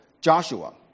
Joshua